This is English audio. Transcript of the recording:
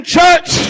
church